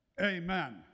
Amen